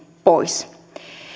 pois